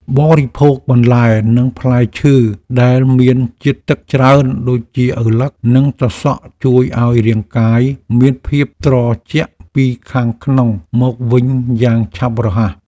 បរិភោគបន្លែនិងផ្លែឈើដែលមានជាតិទឹកច្រើនដូចជាឪឡឹកនិងត្រសក់ជួយឱ្យរាងកាយមានភាពត្រជាក់ពីខាងក្នុងមកវិញយ៉ាងឆាប់រហ័ស។